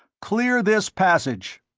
clear this passage.